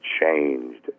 changed